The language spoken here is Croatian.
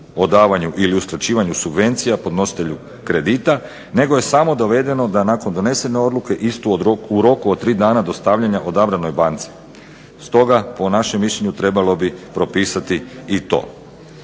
o davanju ili uskraćivanju subvenciju podnositelju kredita, nego je samo dovedeno da nakon donesene odluke istu u roku od 3 dana dostavljanja odabranoj banci. Stoga po našem mišljenju trebalo bi propisati i to.